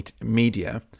media